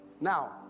now